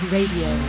Radio